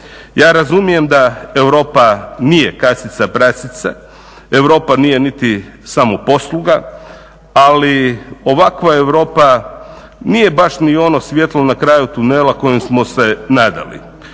Ja razumijem da Europa nije kasica prasica. Europa nije niti samoposluga, ali ovakva Europa nije baš ni ono svjetlo na kraju tunela kojem smo se nadali.